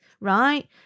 right